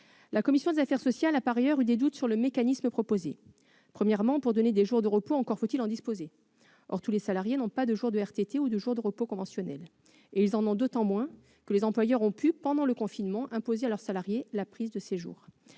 La commission des affaires sociales a par ailleurs eu des doutes sur le mécanisme proposé. Premièrement, pour donner des jours de repos, encore faut-il en disposer. Or tous les salariés n'ont pas de jours de RTT ou de jours de repos conventionnels, et ils en ont d'autant moins que les employeurs ont pu, pendant le confinement, imposer à leurs salariés la prise de ces jours.